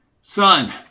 Son